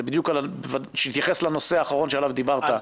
שיתייחס לנושא שעליו דיברת.